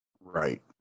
Right